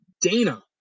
Dana